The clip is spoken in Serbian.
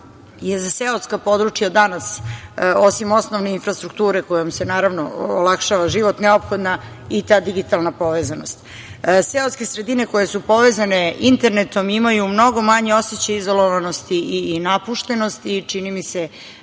da je za seoska područja danas, osim osnovne infrastrukture kojom se naravno olakšava život, neophodna i ta digitalna povezanost. Seoske sredine koje su povezane internetom imaju mnogo manji osećaj izolovanosti i napuštenosti. Čini mi se